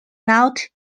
not